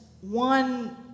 one